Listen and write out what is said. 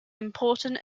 important